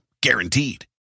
guaranteed